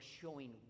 showing